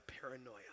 paranoia